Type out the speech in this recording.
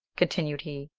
continued he.